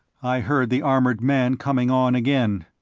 i heard the armored man coming on again.